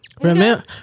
Remember